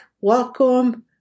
Welcome